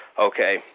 Okay